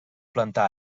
plantar